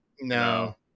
No